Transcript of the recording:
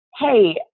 Hey